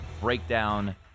breakdown